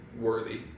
worthy